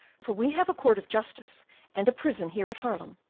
for we have a court of justice and a prison here at haarlem,